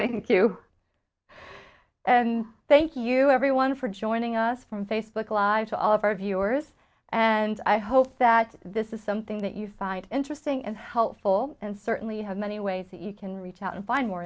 thank you and thank you everyone for joining us from facebook live to all of our viewers and i hope that this is something that you find interesting and helpful and certainly have many ways that you can reach out and find more